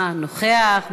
נוכח.